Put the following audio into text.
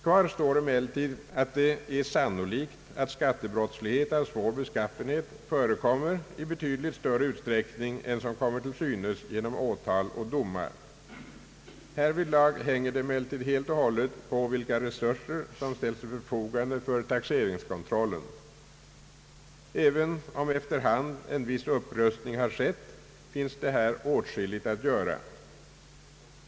Kvar står emellertid, att det är sannolikt att skattebrottslighet av svår beskaffenhet förekommer i betydligt större utsträckning än som kommer till synes genom åtal och domar. Härvidlag hänger det emellertid helt och hållet på vilka resurser som ställs till förfogande för taxeringskontrollen. även om efter hand en viss upprustning skett finns det här åtskilligt att göra.